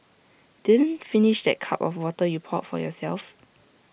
didn't finish that cup of water you poured for yourself